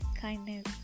kindness